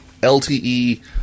LTE